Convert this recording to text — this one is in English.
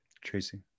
tracy